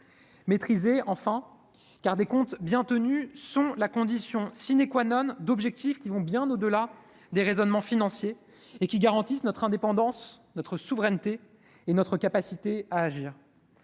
maîtrisée enfant car des comptes bien tenus sont la condition sine qua non d'objectifs qui vont bien au delà des raisonnements financiers et qui garantissent notre indépendance, notre souveraineté et notre capacité à agir